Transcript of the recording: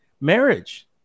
Marriage